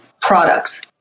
products